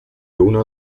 uno